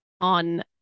on